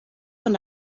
von